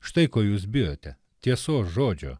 štai ko jūs bijote tiesos žodžio